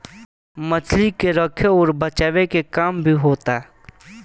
मछली के रखे अउर बचाए के काम भी होता